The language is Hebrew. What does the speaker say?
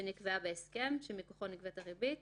שנקבעה בהסכם שמכוחו נגבית הריבית,